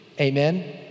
Amen